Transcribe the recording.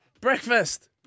Breakfast